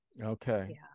Okay